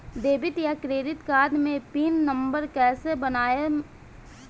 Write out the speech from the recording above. Debit या credit card मे pin number कैसे बनाएम?